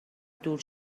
دور